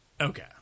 Okay